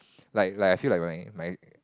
like like I feel like my my